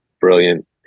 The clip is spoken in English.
brilliant